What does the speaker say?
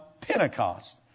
Pentecost